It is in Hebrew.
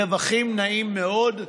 רווחים נאים מאוד,